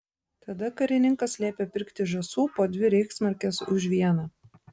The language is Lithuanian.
tada karininkas liepė pirkti žąsų po dvi reichsmarkes už vieną